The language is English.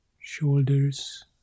shoulders